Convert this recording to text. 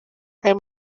aya